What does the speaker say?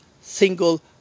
single